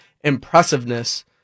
impressiveness